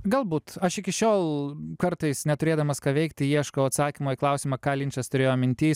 galbūt aš iki šiol kartais neturėdamas ką veikti ieškau atsakymo į klausimą ką linčas turėjo minty